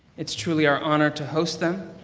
it's truly our honor to host them.